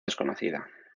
desconocida